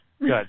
Good